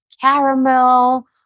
caramel